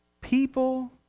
people